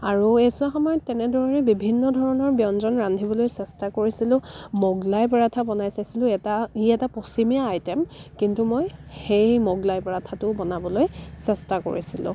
আৰু এইছোৱা সময়ত তেনেদৰে বিভিন্ন ধৰণৰ ব্যঞ্জন ৰান্ধিবলৈ চেষ্টা কৰিছিলোঁ ম'গলাই পৰাঠা বনাই চাইছিলোঁ এটা ই এটা পশ্চিমীয়া আইটেম কিন্তু মই সেই ম'গলাই পৰাঠাটোও বনাবলৈ চেষ্টা কৰিছিলোঁ